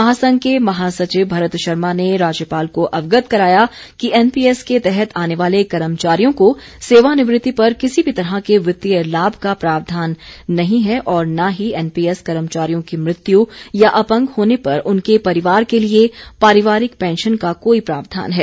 महासंघ के महासचिव भरत शर्मा ने राज्यपाल को अवगत कराया कि एनपीएस के तहत आने वाले कर्मचारियों को सेवानिवृति पर किसी भी तरह के वित्तीय लाभ का प्रावधान नहीं है और न ही एनपीएस कर्मचारियों की मृत्यु या अपंग होने पर उनके परिवार के लिए पारिवारिक पैंशन का कोई प्रावधान है